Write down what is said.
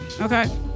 Okay